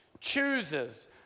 chooses